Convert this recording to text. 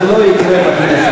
זה לא יקרה בכנסת.